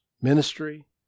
ministry